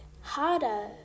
harder